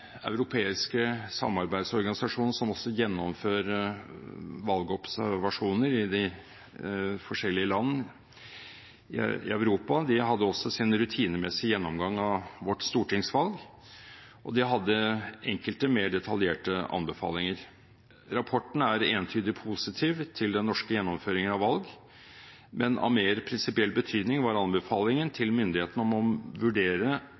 europeiske samarbeidsorganisasjonen som også gjennomfører valgobservasjoner i de forskjellige land i Europa, hadde også sin rutinemessige gjennomgang av vårt stortingsvalg, og de hadde enkelte, mer detaljerte anbefalinger. Rapporten er entydig positiv til den norske gjennomføringen av valg, men av mer prinsipiell betydning var anbefalingen til myndighetene om å vurdere